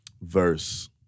verse